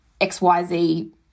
XYZ